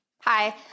Hi